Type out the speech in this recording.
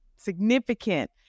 significant